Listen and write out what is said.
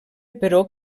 però